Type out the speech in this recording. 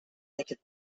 naked